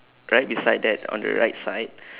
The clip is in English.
right beside that on the right side